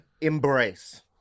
embrace